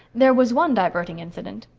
there was one diverting incident.